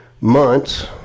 months